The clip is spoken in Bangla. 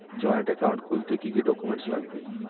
জয়েন্ট একাউন্ট খুলতে কি কি ডকুমেন্টস লাগবে?